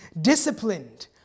disciplined